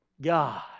God